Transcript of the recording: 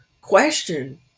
question